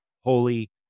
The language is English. Holy